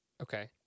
Okay